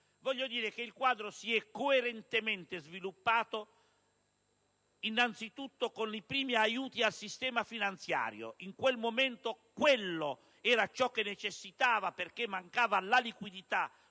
Il quadro si è coerentemente sviluppato, innanzitutto, con i primi aiuti al sistema finanziario: in quel momento quello era ciò che necessitava, perché mancava la liquidità